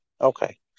Okay